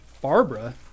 Barbara